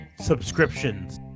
subscriptions